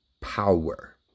power